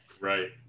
Right